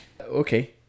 Okay